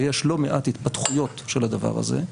ויש לא מעט התפתחויות של הדבר הזה,